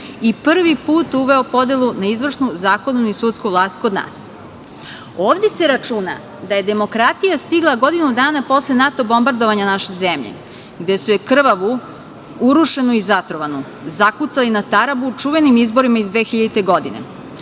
i prvi put uveo podelu na izvršnu, zakonodavnu i sudsku vlast kod nas. Ovde se računa da je demokratija stigla godinu dana posle NATO bombardovanja naše zemlje, gde su je krvavu, urušenu i zatrovanu zakucali na tarabu čuvenim izborima iz 2000. godine.